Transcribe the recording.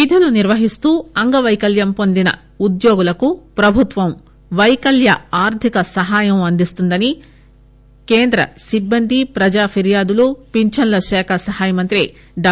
విధులు నిర్వహిస్తూ అంగవైకల్యం పొందిన ఉద్యోగులకు ప్రభుత్వం వైకల్య ఆర్థిక సహాయాన్ని అందింస్తుందని కేంద్ర సిబ్బంది ప్రజా ఫిర్యాదులు పించన్ల శాఖ సహాయ మంత్రి డా